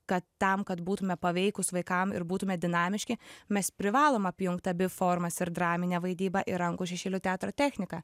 kad tam kad būtume paveikūs vaikam ir būtume dinamiški mes privalom apjungt abi formas ir draminę vaidybą ir rankų šešėlių teatro techniką